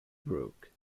brook